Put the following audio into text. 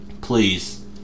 please